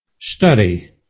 study